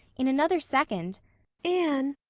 in another second anne!